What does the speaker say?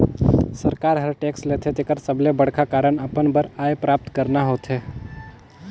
सरकार हर टेक्स लेथे तेकर सबले बड़खा कारन अपन बर आय प्राप्त करना होथे